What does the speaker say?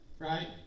Right